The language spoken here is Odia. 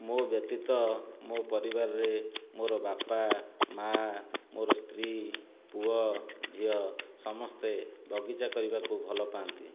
ମୋ ବ୍ୟତିତ ମୋ ପରିବାରରେ ମୋର ବାପା ମାଆ ମୋର ସ୍ତ୍ରୀ ପୁଅ ଝିଅ ସମସ୍ତେ ବଗିଚା କରିବାକୁ ଭଲ ପାଆନ୍ତି